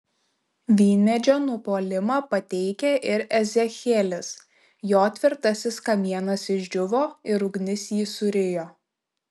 vynmedžio nupuolimą pateikia ir ezechielis jo tvirtasis kamienas išdžiūvo ir ugnis jį surijo